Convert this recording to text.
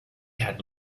had